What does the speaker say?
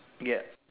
ya